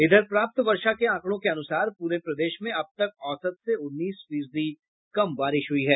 इधर प्राप्त वर्षा के आंकड़ों के अनुसार पूरे प्रदेश में अब तक औसत से उन्नीस फीसदी कम बारिश हुयी है